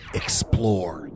explore